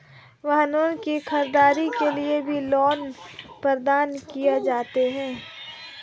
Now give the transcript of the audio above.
वाहनों की खरीददारी के लिये भी लोन प्रदान किये जाते हैं